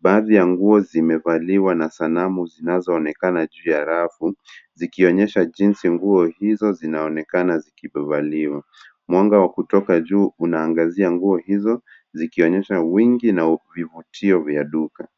Baadhi ya nguo zimevaliwa na sanamu zinazoonekana juu ya rafu zikionyesha jinsi nguo hizo zinaonekana zikivaliwa. Mwanga wa kutoka juu unaangazia nguo hizo zikionyesha wingi na vivutio vya duka.